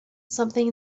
something